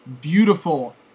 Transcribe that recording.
beautiful